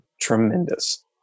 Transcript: tremendous